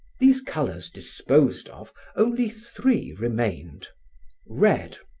these colors disposed of, only three remained red,